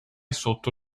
sotto